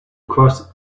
cross